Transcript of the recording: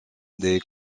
des